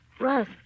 Russ